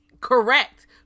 Correct